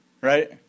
right